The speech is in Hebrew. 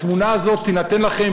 התמונה הזאת תינתן לכם,